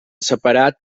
separat